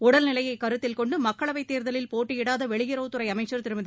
உடல்நிலையக் கருத்தில் கொண்டு மக்களவைத் தேர்தலில் போட்டியிடாத வெளியுறவுத்துறை அமைச்சர் திருமதி